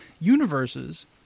universes